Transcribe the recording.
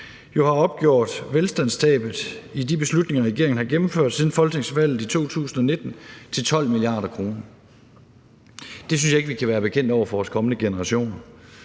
har opgjort velstandstabet i de beslutninger, regeringen har gennemført siden folketingsvalget i 2019, til 12 mia. kr. Det synes jeg ikke vi kan være bekendt over for vores kommende generationer.